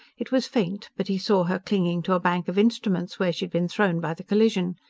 it was faint, but he saw her clinging to a bank of instruments where she'd been thrown by the collision.